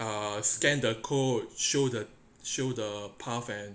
ugh scan the code show the show the path and